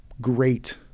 great